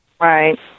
Right